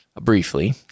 briefly